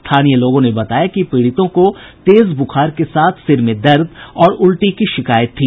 स्थानीय लोगों ने बताया कि पीड़ितों को तेज बुखार के साथ सिर में दर्द और उलटी की शिकायत थी